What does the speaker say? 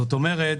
זאת אומרת